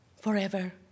forever